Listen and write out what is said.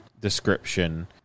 description